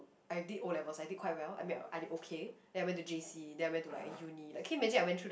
I did o-levels I did quite well I mean I did okay then I went to j_c then I went to like uni can you imagine I went through that